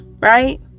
right